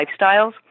lifestyles